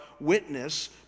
witness